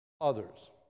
others